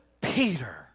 Peter